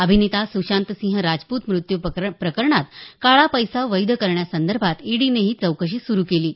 अभिनेता सुशांतसिंह राजपुत मृत्यू प्रकरणात काळा पैसा वैध करण्यासंदर्भात ईडीने ही चौकशी सुरु केली आहे